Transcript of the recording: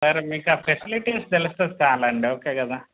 సరే మీకు ఆ ఫెసిలిటీస్ తెలిస్తే చాలు అండి ఓకే కదా